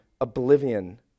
oblivion